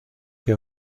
que